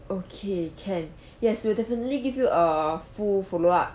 okay can yes we'll definitely give you a full follow up